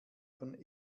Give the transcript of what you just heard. von